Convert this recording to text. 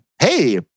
Hey